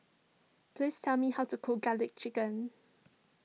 please tell me how to cook Garlic Chicken